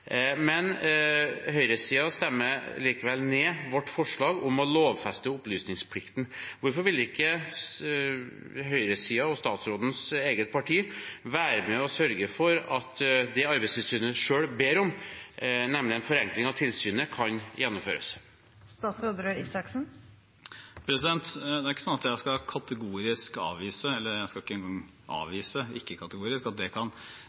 men høyresiden stemmer likevel ned vårt forslag om å lovfeste opplysningsplikten. Hvorfor vil ikke høyresiden og statsrådens eget parti være med og sørge for at det Arbeidstilsynet selv ber om, nemlig en forenkling av tilsynet, kan gjennomføres? Jeg skal ikke kategorisk avvise – jeg skal ikke engang avvise – at det kan